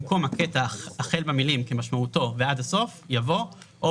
במקום הקטע החל במילים "כמשמעותו" ועד הסוף יבוא "או